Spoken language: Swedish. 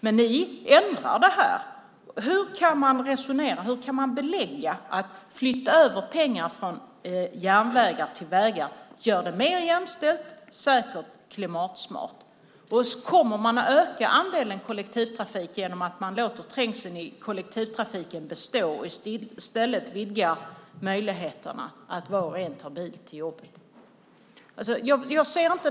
Men ni ändrade detta. Hur kan man belägga att en överflyttning av pengar från järnvägar till vägar gör resandet mer jämställt, säkert och klimatsmart? Kommer man att öka andelen kollektivtrafik genom att man låter trängseln i kollektivtrafiken bestå och i stället vidgar möjligheterna för var och en att ta bilen till jobbet?